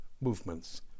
movements